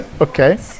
Okay